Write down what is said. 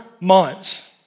months